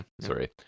Sorry